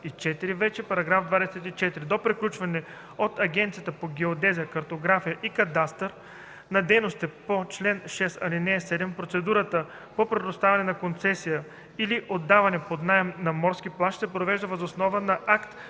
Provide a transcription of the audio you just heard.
§ 24: „§ 24. До приключване от Агенцията по геодезия, картография и кадастър на дейностите по чл. 6, ал. 7 процедурата по предоставяне на концесия или отдаване под наем на морски плаж се провежда въз основа на акт